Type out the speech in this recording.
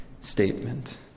statement